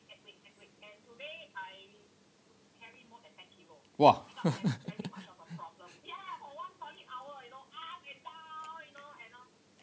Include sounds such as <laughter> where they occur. !wah! <laughs>